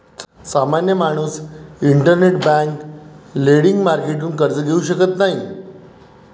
सामान्य माणूस interbank lending मार्केटतून कर्ज घेऊ शकत नाही